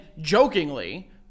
jokingly